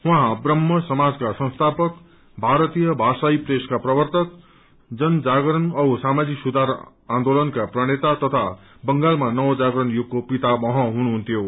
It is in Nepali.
उहाँ ब्रहम समाजका संस्थापक भारतीय भाषायी प्रेसका प्रर्वतक जन जागरण औ सामाजिक सुधार आन्दोलनका प्रणेता तथा बंगालमा नव जागरण युगको पितामह हुनुहुन्थ्यो